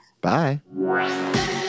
Bye